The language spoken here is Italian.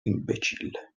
imbecille